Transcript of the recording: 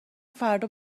فردا